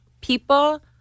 people